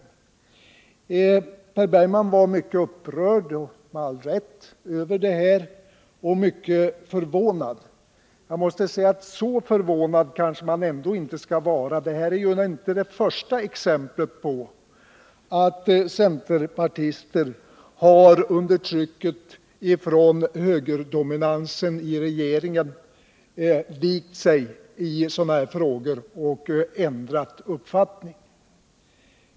Han var med all rätt mycket upprörd över detta och dessutom mycket förvånad. Jag måste säga att man ändå inte har anledning att vara så förvånad. Det här är ju inte det första exemplet på att centerpartister under trycket från högerdominansen i regeringen vikt sig i sådana här frågor och ändrat uppfattning.